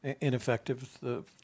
ineffective